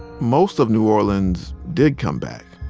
most of new orleans did come back.